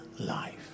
life